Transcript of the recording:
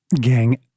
Gang